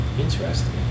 Interesting